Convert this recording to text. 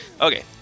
Okay